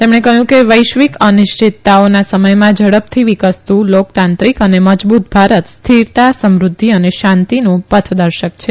તેમણે કહયું કે વૈશ્વિક અનિશ્વિતતાઓ સમયમાં ઝડપથી વિકસતુ લોક તાંત્રિક અને મજબુત ભારત સ્થિરતા સમૃધ્યિ અને શાંતીનું પ્રતિક છે